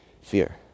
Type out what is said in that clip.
fear